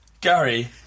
Gary